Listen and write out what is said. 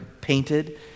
painted